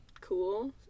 cool